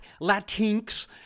Latinx